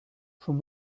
from